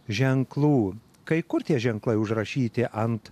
ženklų kai kur tie ženklai užrašyti ant